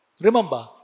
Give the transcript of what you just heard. Remember